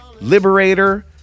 Liberator